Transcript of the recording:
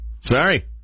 Sorry